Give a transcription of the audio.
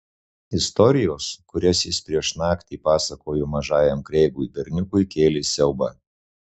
istorijos kurias jis prieš naktį pasakojo mažajam kreigui berniukui kėlė siaubą